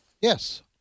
Yes